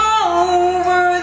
over